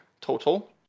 total